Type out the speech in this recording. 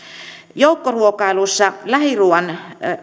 joukkoruokailuissa lähiruuan